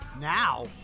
Now